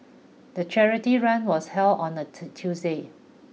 the charity run was held on a Tuesday